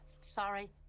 sorry